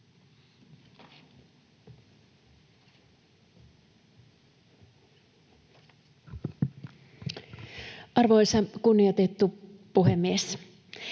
Arvoisa kunnioitettu puhemies!